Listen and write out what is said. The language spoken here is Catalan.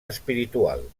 espiritual